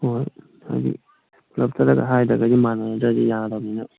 ꯍꯣꯏ ꯐꯅꯤ ꯄꯨꯂꯞ ꯆꯠꯂꯒ ꯍꯥꯏꯗ꯭ꯔꯒꯗꯤ ꯃꯥꯟꯅꯗ꯭ꯔꯗꯤ ꯌꯥꯗꯃꯤꯅ